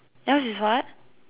yours is what